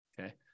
Okay